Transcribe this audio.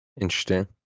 Interesting